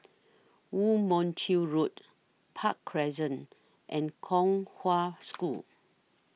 Woo Mon Chew Road Park Crescent and Kong Hwa School